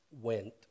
went